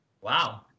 Wow